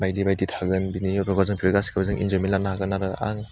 बायदि बायदि थागोन बिनि गासिबखौबो जों इन्जयमेन्ट लानो हागोन आरो आं